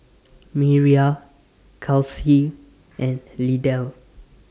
Miriah Charlsie and Lydell